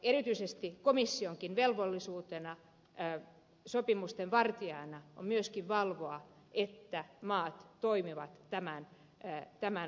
erityisesti komissionkin velvollisuutena sopimusten vartijana on myöskin valvoa että maat toimivat tämän mukaisesti